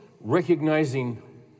Recognizing